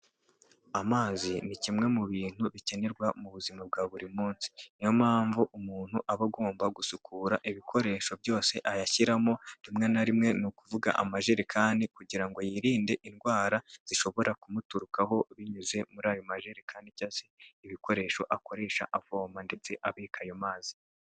Amazi ni kimwe mu bintu bikenerwa mu buzima bwa buri munsi niyo mpamvu umuntu aba agomba gusukura ibikoresho byose ayashyiramo rimwe na rimwe ni ukuvuga amajerekani kugira ngo yirinde indwara zishobora kumuturukaho binyuze muri ayo majerekani cyangwa ibyo bikoresho akoresha avoma ndetse abika ayo mazi.